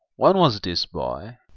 when was this, boy?